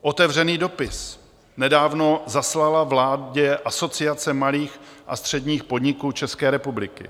Otevřený dopis nedávno zaslala vládě Asociace malých a středních podniků České republiky.